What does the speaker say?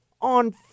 on